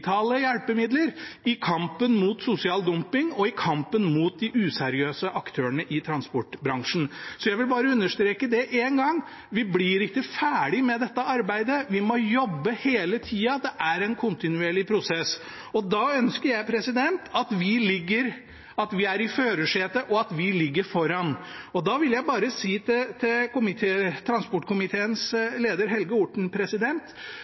digitale hjelpemidler, i kampen mot sosial dumping og i kampen mot de useriøse aktørene i transportbransjen. Jeg vil bare understreke det én gang til: Vi blir ikke ferdige med dette arbeidet, vi må jobbe hele tida, det er en kontinuerlig prosess. Da ønsker jeg at vi er i førersetet, og at vi ligger foran. Jeg vil bare si til transportkomiteens leder, Helge Orten,